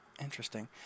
Interesting